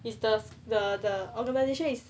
is the the the organisation is